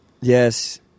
Yes